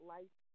Life